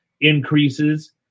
increases